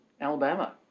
alabama